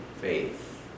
faith